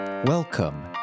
Welcome